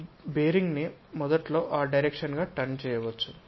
ఈ బేరింగ్ ని మొదట్లో ఆ డైరెక్షన్ గా టర్న్ చేయవచ్చు